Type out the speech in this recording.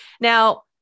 Now